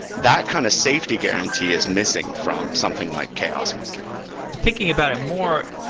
that kind of safety guarantee is missing from something like chaos monkey thinking about it more,